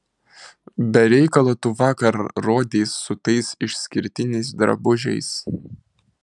be reikalo tu vakar rodeis su tais išskirtiniais drabužiais